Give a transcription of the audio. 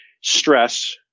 stress